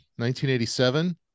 1987